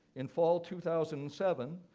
in fall two thousand and seven,